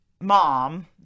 mom